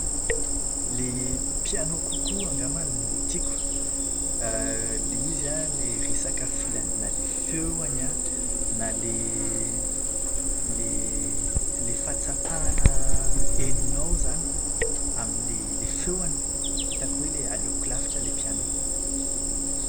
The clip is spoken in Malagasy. Ilay piano kokoa angambany no tiako. Ilay izy an, ilay resaka filan- ilay feony an, na ilay ilay ilay fahatsapàna henonao izany amin'ilay feony. Hitako hoe ale-aleoko lavitra ilay piano.